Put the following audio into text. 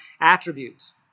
attributes